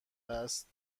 است